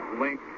link